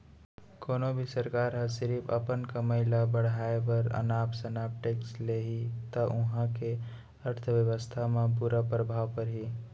कोनो भी सरकार ह सिरिफ अपन कमई ल बड़हाए बर अनाप सनाप टेक्स लेहि त उहां के अर्थबेवस्था म बुरा परभाव परही